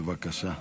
בבקשה.